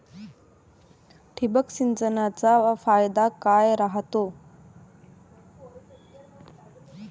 ठिबक सिंचनचा फायदा काय राह्यतो?